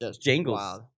Jingles